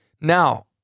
Now